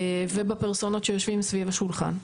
ובפרסונות שיושבים סביב השולחן.